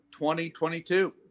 2022